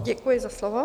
Děkuji za slovo.